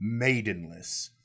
Maidenless